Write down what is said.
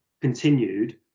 continued